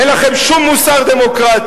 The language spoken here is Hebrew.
אין לכם שום מוסר דמוקרטי.